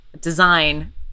design